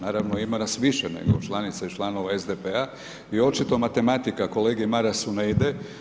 Naravno, ima nas više nego članica i članova SDP-a i očito matematika kolegi Marasu ne ide.